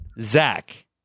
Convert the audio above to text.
Zach